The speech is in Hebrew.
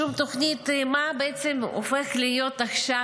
שום תוכנית מה בעצם הופך להיות עכשיו,